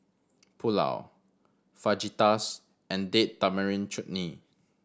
Pulao Fajitas and Date Tamarind Chutney